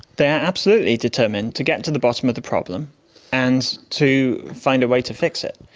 they are absolutely determined to get to the bottom of the problem and to find a way to fix it.